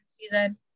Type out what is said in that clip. season